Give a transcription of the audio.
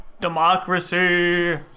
Democracy